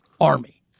army